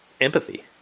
empathy